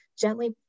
gently